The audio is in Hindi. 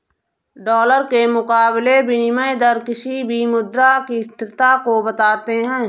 डॉलर के मुकाबले विनियम दर किसी भी मुद्रा की स्थिरता को बताते हैं